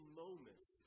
moments